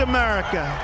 America